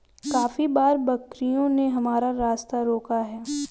काफी बार बकरियों ने हमारा रास्ता रोका है